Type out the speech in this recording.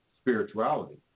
spirituality